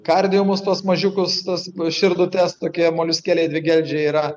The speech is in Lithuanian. kardijumus tuos mažiukus tuos širdutes tokie moliuskėliai dvigeldžiai yra